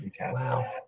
Wow